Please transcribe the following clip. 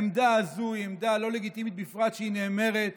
העמדה הזו היא עמדה לא לגיטימית, בפרט כשהיא נאמרת